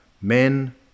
men